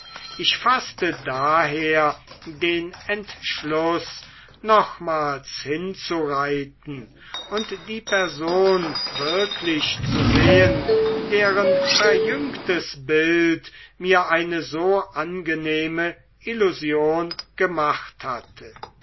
ich faßte daher den entschluß nochmals hinzureiten und die person wirklich zu sehen deren verjüngtes bild mir eine so angenehme illusion gemacht hatte